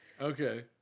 Okay